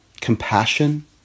compassion